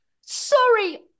Sorry